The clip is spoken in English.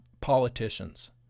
politicians